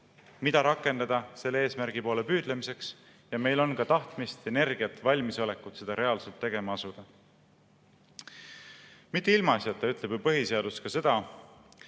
mida rakendada selle eesmärgi poole püüdlemiseks, ja meil on ka tahtmist, energiat, valmisolekut seda reaalselt tegema asuda." Mitte ilmaasjata ei ütle ju põhiseaduse